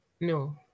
no